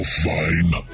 fine